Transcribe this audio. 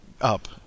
up